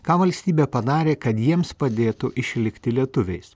ką valstybė padarė kad jiems padėtų išlikti lietuviais